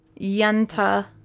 Yenta